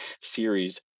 series